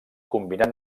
combinat